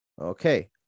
Okay